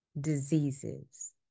diseases